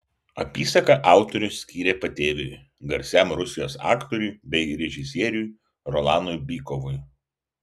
apysaką autorius skyrė patėviui garsiam rusijos aktoriui bei režisieriui rolanui bykovui